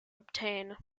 obtain